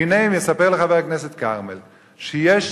והנה מספר לי חבר הכנסת כרמל שיש,